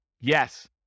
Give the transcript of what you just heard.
Yes